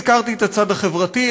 הזכרתי את הצד החברתי,